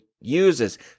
Uses